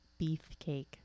beefcake